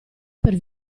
per